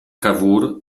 cavour